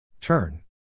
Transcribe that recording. Turn